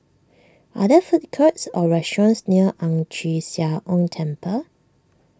are there food courts or restaurants near Ang Chee Sia Ong Temple